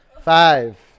Five